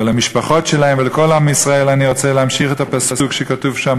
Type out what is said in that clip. ולמשפחות שלהם ולכל עם ישראל אני רוצה להמשיך את הפסוק שכתוב שם,